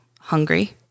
hungry